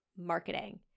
marketing